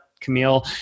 Camille